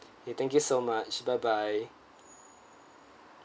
okay thank you so much bye bye